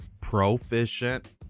proficient